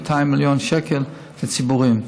200 מיליון שקל לציבוריים.